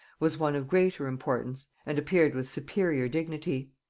was one of greater importance, and appeared with superior dignity.